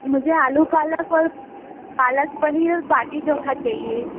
मुझे आलू पालक और पालक पनीर और बाटी चोखा चाहिए